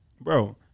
Bro